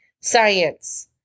Science